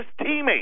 teammate